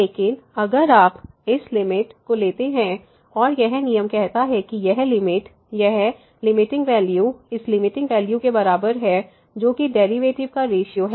लेकिन अगर आप इस लिमिट को लेते हैं और यह नियम कहता है कि यह लिमिट यह लिमिटिंग वैल्यू इस लिमिटिंग वैल्यू के बराबर है जो कि डेरिवेटिव का रेश्यो है